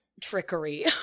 trickery